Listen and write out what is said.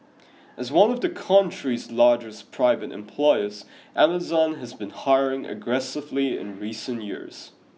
as one of the country's largest private employers Amazon has been hiring aggressively in recent years